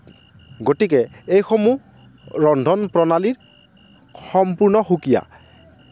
গতিকে এই সমূহৰ ৰন্ধন প্ৰণালী সম্পূৰ্ণ সুকীয়া